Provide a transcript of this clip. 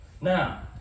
Now